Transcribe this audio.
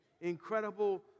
incredible